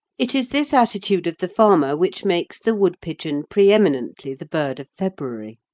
it is this attitude of the farmer which makes the woodpigeon pre-eminently the bird of february.